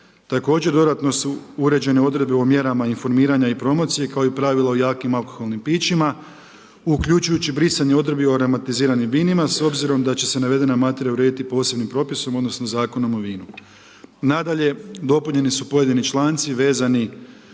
Također, dodatno su uređene odredbe o mjerama informiranja i promocije kao i pravilo o jakim alkoholnim pićima uključujući brisanje odredbi o ramatiziranim vinima s obzirom da će se navedene materija urediti posebnim propisom odnosno Zakonom o vinu. Nadalje, dopunjeni su pojedini članci vezani